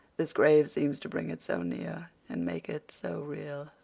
this grave seems to bring it so near and make it so real.